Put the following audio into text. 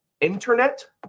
internet